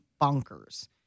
bonkers